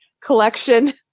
collection